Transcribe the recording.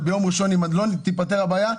וביום ראשון אם עוד לא תיפתר הבעיה,